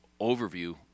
overview